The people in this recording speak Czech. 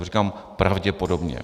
Říkám pravděpodobně.